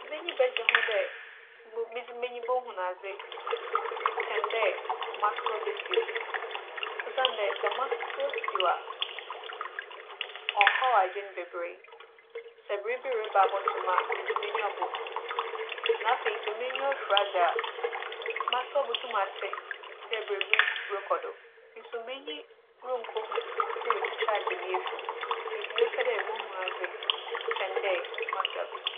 M'enyi bɛgye ho dɛ mo - medze m'enyi bohu adze kyɛn dɛ m'asowa besiw. Osiandɛ sɛ m'asowa siw a, ͻnnhaw adwen beberee. Sɛ biribi reba abͻto me a, medze m'enyiwa bohu. Na afei sɛ m'enyiwa fura dze a, m'asowa botum atse dɛ biribi rokͻ do. Nso m'enyi runnkohu na oetwitwa agye me efi mu. Ntsi mɛpɛ dɛ mohu adze kyɛn dɛ m'asowa besiw.